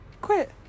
Quit